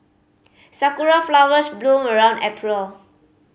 sakura flowers bloom around April